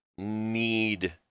need